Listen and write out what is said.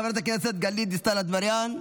חברת הכנסת גלית דיסטל אטבריאן,